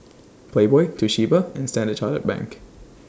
Playboy Toshiba and Standard Chartered Bank